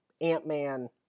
Ant-Man